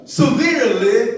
severely